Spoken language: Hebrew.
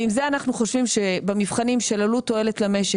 ועם זה אנחנו חושבים שבמבחנים של עלות-תועלת למשק